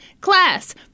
class